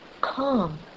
calm